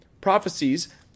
prophecies